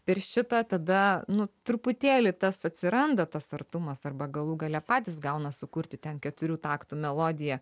per šitą tada nu truputėlį tas atsiranda tas artumas arba galų gale patys gauna sukurti ten keturių taktų melodiją